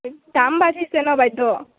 দাম বাঢ়িছে ন বাইদেউ